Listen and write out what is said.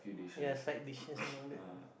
ya side dishes and all that